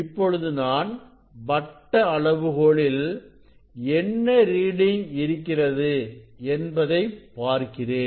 இப்பொழுது நான் வட்ட அளவுகோலில் என்ன ரீடிங் இருக்கிறது என்பதை பார்க்கிறேன்